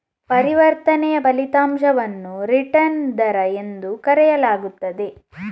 ಪರಿವರ್ತನೆಯ ಫಲಿತಾಂಶವನ್ನು ರಿಟರ್ನ್ ದರ ಎಂದು ಕರೆಯಲಾಗುತ್ತದೆ